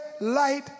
light